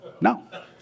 no